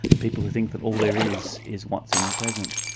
people who think that all there is, is what's in the present.